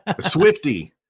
Swifty